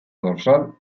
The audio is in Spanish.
dorsal